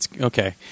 Okay